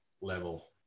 level